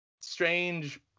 strange